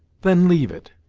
then leave it.